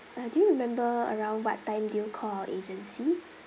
uh do you remember around what time did you call our agency